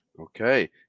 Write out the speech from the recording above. Okay